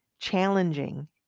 challenging